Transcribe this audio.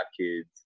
kids